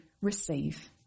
receive